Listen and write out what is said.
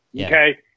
Okay